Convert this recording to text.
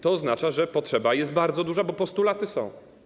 To oznacza, że potrzeba jest bardzo duża, bo postulaty są.